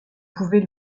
pouvait